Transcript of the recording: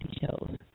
shows